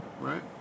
Right